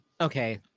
Okay